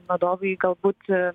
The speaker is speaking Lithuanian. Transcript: vadovai galbūt